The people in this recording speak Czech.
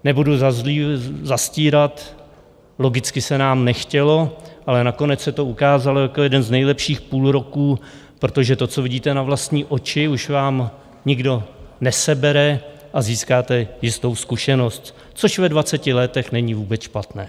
Nebudu zastírat, logicky se nám nechtělo, ale nakonec se to ukázalo jako jeden z nejlepších půlroků, protože to, co vidíte na vlastní oči, už vám nikdo nesebere a získáte jistou zkušenost, což ve dvaceti letech není vůbec špatné.